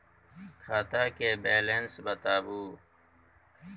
खाता के बैलेंस बताबू?